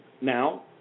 Now